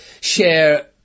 share